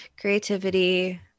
Creativity